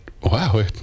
Wow